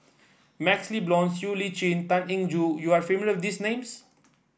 MaxLe Blond Siow Lee Chin Tan Eng Joo you are familiar with these names